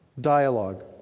dialogue